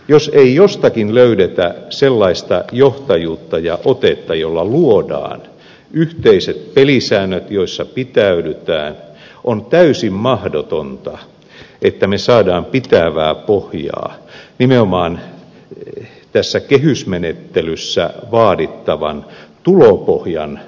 jos ei jostakin löydetä sellaista johtajuutta ja otetta jolla luodaan yhteiset pelisäännöt joissa pitäydytään on täysin mahdotonta että me saamme pitävää pohjaa nimenomaan tässä kehysmenettelyssä vaadittavan tulopohjan varmistamiselle